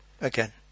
Again